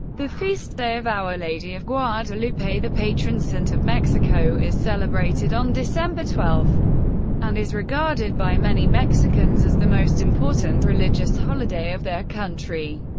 the feast day of our lady of guadalupe, the patron saint of mexico, is celebrated on december twelve and is regarded by many mexicans as the most important religious holiday of their country.